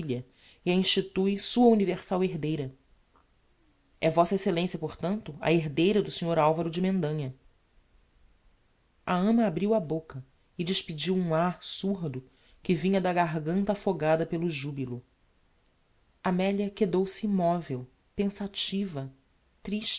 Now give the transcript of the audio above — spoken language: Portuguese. a institue sua universal herdeira é v exc a por tanto a herdeira do snr alvaro de mendanha a ama abriu a bocca e despediu um ah surdo que vinha da garganta afogada pelo jubilo amelia quedou-se immovel pensativa triste